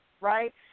right